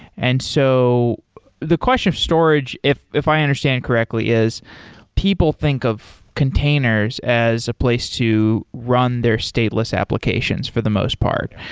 and so the question of storage, if if i understand it correctly, is people think of containers as a place to run their stateless applications for the most part.